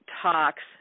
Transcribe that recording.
talks